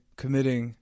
committing